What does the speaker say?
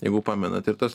jeigu pamenat ir tas